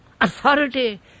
Authority